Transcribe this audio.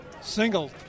single